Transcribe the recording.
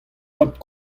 tad